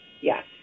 Yes